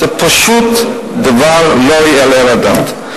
זה פשוט דבר שלא יעלה על הדעת,